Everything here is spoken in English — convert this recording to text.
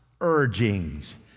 urgings